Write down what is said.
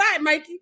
Mikey